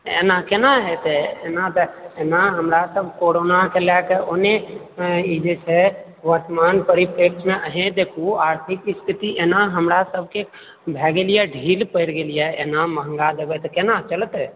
तऽ एना केना हेतै एना तऽ एना हमरा सभ कोरोनाके लए कऽ ओने ई जे छै वर्तमान पर स्टेटमे अहीँ देखू आर्थिक स्थिति एना हमरा सभकेँ भए गेल यऽ ढ़ील पड़ि गेलिऐ एना महङ्गा जगह तऽ केना चलतै